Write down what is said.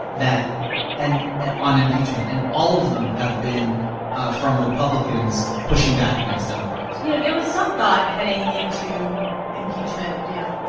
that and ah on impeachment. and all of them have been ah from republicans pushing back against democrats you know, there was some thought heading into impeachment, you know, but